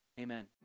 Amen